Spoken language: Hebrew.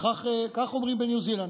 וכך אומרים בניו זילנד: